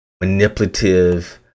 manipulative